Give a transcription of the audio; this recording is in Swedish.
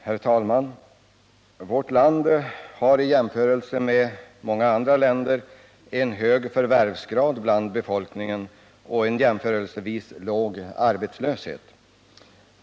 Herr talman! Vårt land har i jämförelse med många andra länder en hög förvärvsgrad bland befolkningen och en jämförelsevis låg arbetslöshet.